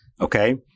Okay